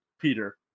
Peter